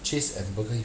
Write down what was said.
cheese and bu~